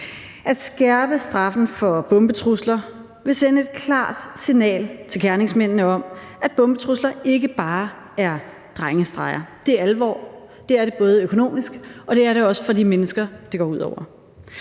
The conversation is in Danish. At skærpe straffen for bombetrusler vil sende et klart signal til gerningsmændene om, at bombetrusler ikke bare er drengestreger; det er alvor. Det er det både økonomisk, og det er det også for de mennesker, det går ud over.